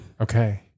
Okay